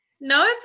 no